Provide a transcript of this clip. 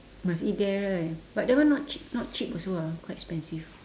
must eat there right but that one not cheap not cheap also ah quite expensive